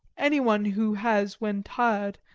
any one who has when tired,